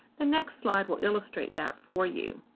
the next slide will illustrate that for you.